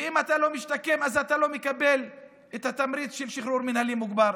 ואם אתה לא משתקם אז אתה לא מקבל את התמריץ של שחרור מינהלי מוגבר.